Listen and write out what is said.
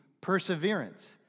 perseverance